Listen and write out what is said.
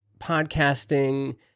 podcasting